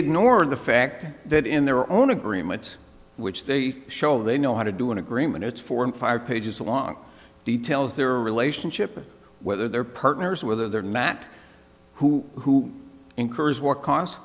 ignored the fact that in their own agreements which they show they know how to do an agreement it's four and five pages long details their relationship whether their partners whether they're not who incurs war costs